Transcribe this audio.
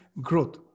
growth